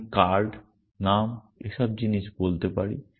আমি কার্ড নাম এসব জিনিস বলতে পারি